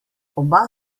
oba